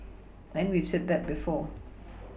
then we've said that before